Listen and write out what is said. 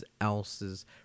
else's